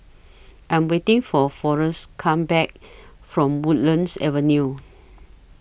I Am waiting For Forest Come Back from Woodlands Avenue